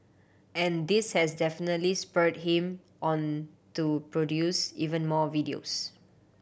and this has definitely spurred him on to produce even more videos